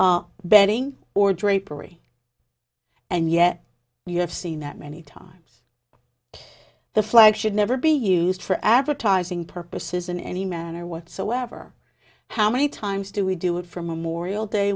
are betting or drapery and yet you have seen that many times the flag should never be used for advertising purposes in any manner whatsoever how many times do we do it for memorial day